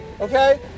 okay